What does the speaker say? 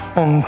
on